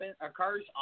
occurs